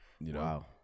wow